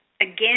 again